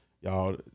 y'all